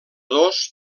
dos